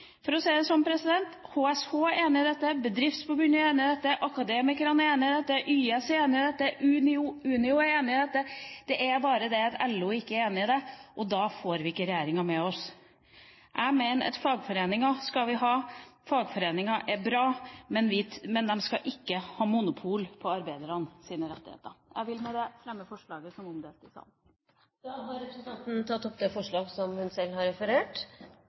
For å si det sånn: HSH er enig i dette, Bedriftsforbundet er enig i dette, Akademikerne er enig i dette, YS er enig i dette, Unio er enig i dette. Det er bare det at LO ikke er enig i det, og da får vi ikke regjeringa med oss. Jeg mener at fagforeningen skal vi ha, fagforeningen er bra, men den skal ikke ha monopol på arbeidernes rettigheter. Jeg vil med dette fremme forslaget som er omdelt i salen. Representanten Trine Skei Grande har tatt opp det forslaget hun